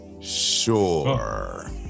Sure